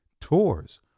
tours